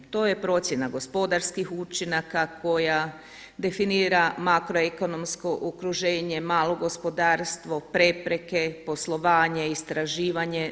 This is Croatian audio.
To je procjena gospodarskih učinaka koja definira makro ekonomsko okruženje, malo gospodarstvo, prepreke, poslovanje, istraživanje.